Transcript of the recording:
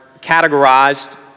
categorized